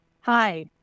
Hi